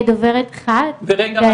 גם